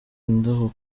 indabo